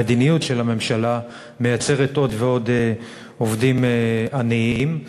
המדיניות של הממשלה מייצרת עוד ועוד עובדים עניים.